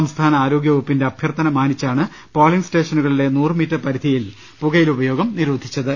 സംസ്ഥാന ആരോഗ്യ വകുപ്പിന്റെ അഭ്യർത്ഥന മാനിച്ചാണ് പോളിംഗ് സ്റ്റേഷനുകളിലെ നൂറുമീറ്റർ പരിധിയിൽ പുകയില ഉപ യോഗം നിരോധിച്ചത്